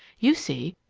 you see,